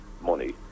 money